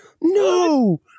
No